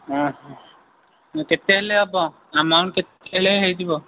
ହଁ ହଁ କେତେ ହେଲେ ହେବ ଆମାଉଣ୍ଟ୍ କେତେ ହେଲେ ହୋଇଯିବ